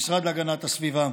המשרד להגנת הסביבה,